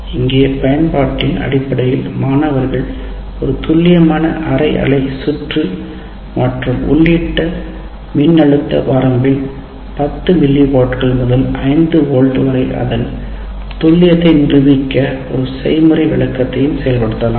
இங்கே பயன்பாட்டின் அடிப்படையில் மாணவர்கள் ஒரு துல்லியமான அரை அலை சுற்று மற்றும் உள்ளீட்டு மின்னழுத்த வரம்பில் 10 மில்லிவோல்ட்கள் முதல் 5 வோல்ட் வரை அதன் துல்லியத்தை நிரூபிக்க ஒரு செய்முறை விளக்கத்தையும் செய்யலாம்